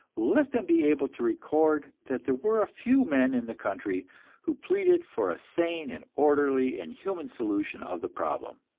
let them be able to record that there were a few men in the country who pleaded for a sane and orderly and human solution of the problem,